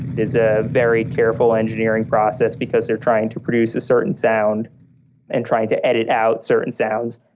is a very careful engineering process because they're trying to produce a certain sound and trying to edit out certain sounds,